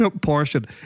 portion